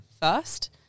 first